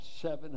seven